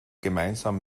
gemeinsam